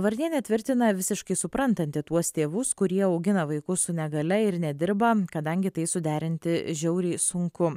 varnienė tvirtina visiškai suprantanti tuos tėvus kurie augina vaikus su negalia ir nedirba kadangi tai suderinti žiauriai sunku